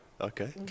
Okay